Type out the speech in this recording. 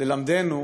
ללמדנו,